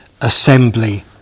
assembly